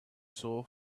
soul